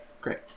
great